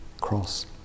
cross